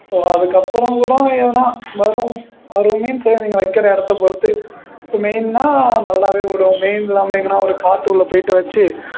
so அதுக்கப்புறம் கூட எதுனால் வரும் வரும் மீன்ஸ் நீங்கள் வைக்கிற இடத்தப் பொறுத்து இப்போ மெயின்னாக நல்லாவே ஓடும் மெயின் இல்லாமல் எங்கனா ஒரு காட்டுக்குள்ள போய்ட்டு வச்சு